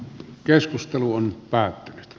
keskustelu on päättynyt